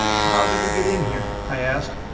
how did you get in here? i asked.